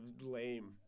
lame